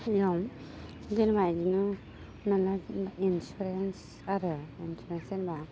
सिगाङाव जेन'बा बिदिनो नालाय इन्सुरेन्स आरो इन्सुरेन्स जेनेबा